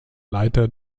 leiter